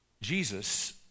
Jesus